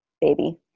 baby